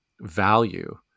value